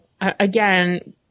again